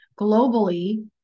Globally